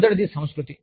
మొదటిది సంస్కృతి